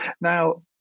Now